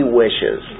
wishes